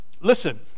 Listen